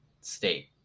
state